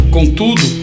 Contudo